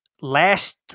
last